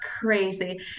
crazy